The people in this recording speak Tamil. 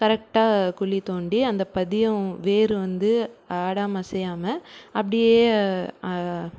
கரெக்ட்டாக குழி தோண்டி அந்த பதியம் வேர் வந்து ஆடாமல் அசையாமல் அப்படியே